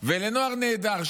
ולנוער נהדר,